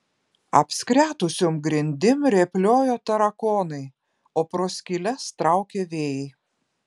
apskretusiom grindim rėpliojo tarakonai o pro skyles traukė vėjai